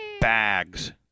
Bags